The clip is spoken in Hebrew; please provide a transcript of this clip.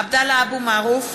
(קוראת בשמות חברי הכנסת) עבדאללה אבו מערוף,